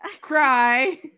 cry